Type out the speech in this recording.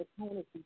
opportunity